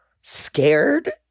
scared